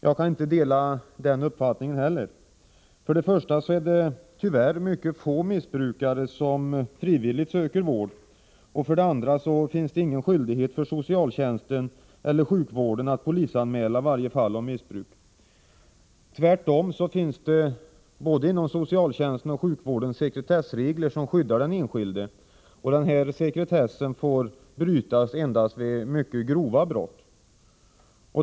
Jag kan inte heller dela den uppfattningen. För det första är det tyvärr mycket få missbrukare som frivilligt söker vård, och för det andra finns det ingen skyldighet för socialtjänsten eller sjukvården att polisanmäla varje fall av missbruk. Tvärtom finns det inom både socialtjänsten och sjukvården sekretessregler som skyddar den enskilde. Denna sekretess får brytas endast vid mycket grova brott.